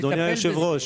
אדוני היושב-ראש,